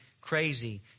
crazy